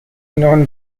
known